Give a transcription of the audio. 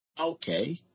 Okay